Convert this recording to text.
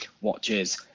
watches